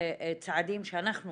צעדים שאנחנו